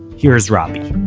here's robby